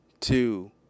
two